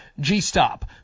G-Stop